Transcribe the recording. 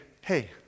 hey